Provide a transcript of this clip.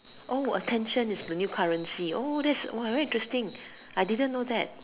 oh attention is the new currency oh that's very interesting I didn't know that